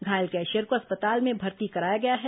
घायल कैशियर को अस्पताल में भर्ती कराया गया है